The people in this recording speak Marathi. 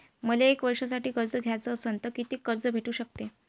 मले एक वर्षासाठी कर्ज घ्याचं असनं त कितीक कर्ज भेटू शकते?